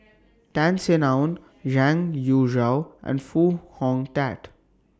Tan Sin Aun and Foo Hong Tatt